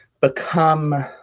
become